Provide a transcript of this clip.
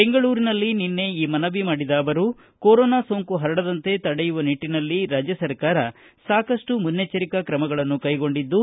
ಬೆಂಗಳೂರಿನಲ್ಲಿ ನಿನ್ನೆ ಈ ಮನವಿ ಮಾಡಿದ ಅವರು ಕೊರೊನಾ ಸೋಂಕು ಹರಡದಂತೆ ತಡೆಯುವ ನಿಟ್ಟನಲ್ಲಿ ರಾಜ್ಯ ಸರ್ಕಾರ ಸಾಕಷ್ಟು ಮುನ್ನೆಚ್ಚರಿಕಾ ಕ್ರಮಗಳನ್ನು ಕೈಗೊಂಡಿದ್ದು